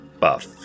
buff